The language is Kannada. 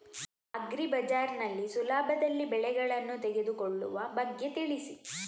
ಅಗ್ರಿ ಬಜಾರ್ ನಲ್ಲಿ ಸುಲಭದಲ್ಲಿ ಬೆಳೆಗಳನ್ನು ತೆಗೆದುಕೊಳ್ಳುವ ಬಗ್ಗೆ ತಿಳಿಸಿ